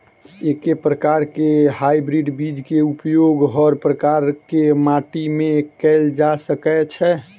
एके प्रकार केँ हाइब्रिड बीज केँ उपयोग हर प्रकार केँ माटि मे कैल जा सकय छै?